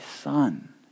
son